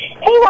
hey